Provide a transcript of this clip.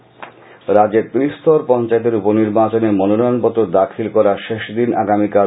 উপনির্বাচন রাজ্যে ত্রি স্তর পঞ্চায়েতের উপনির্বাচনে মনোনয়নপত্র দাখিল করার শেষ দিন আগামীকাল